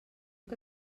que